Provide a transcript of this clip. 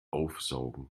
aufsaugen